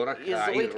לא רק העיר ראש העין.